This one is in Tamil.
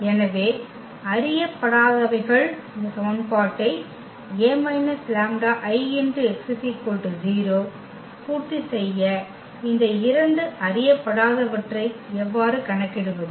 எனவே அறியப்படாதவைகள் இந்த சமன்பாட்டை A − λIx 0 பூர்த்தி செய்ய இந்த இரண்டு அறியப்படாதவற்றை எவ்வாறு கணக்கிடுவது